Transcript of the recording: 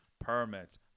Permits